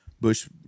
Bush